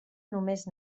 només